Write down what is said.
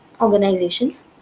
organizations